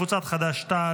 קבוצת סיעת חד"ש-תע"ל,